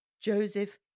Joseph